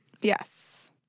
yes